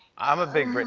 i'm a big but